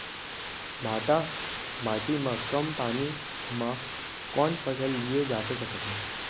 भांठा माटी मा कम पानी मा कौन फसल लिए जाथे सकत हे?